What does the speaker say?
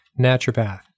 Naturopath